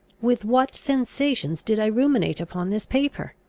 with what sensations did i ruminate upon this paper?